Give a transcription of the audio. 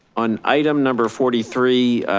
on item number forty three,